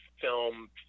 film